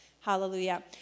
Hallelujah